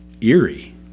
eerie